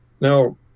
now